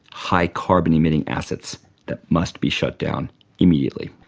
high carbon emitting assets that must be shut down immediately.